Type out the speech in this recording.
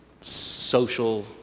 social